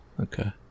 Okay